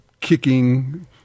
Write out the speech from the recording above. kicking